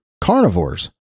carnivores